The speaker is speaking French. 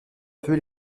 peu